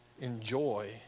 Enjoy